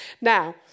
Now